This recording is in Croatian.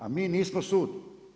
A mi nismo sud.